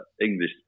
English